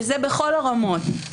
וזה בכל הרמות.